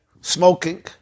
smoking